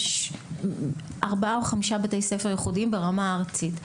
יש ארבעה או חמישה בתי ספר ייחודיים ברמה הארצית.